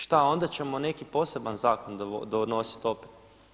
Šta onda ćemo neki poseban zakon donositi opet?